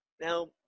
Now